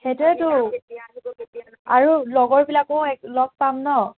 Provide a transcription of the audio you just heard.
সেইটোৱেটো আৰু লগৰবিলাকো লগ পাম ন